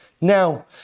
now